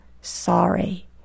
sorry